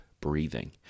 breathing